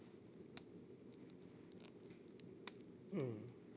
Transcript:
mm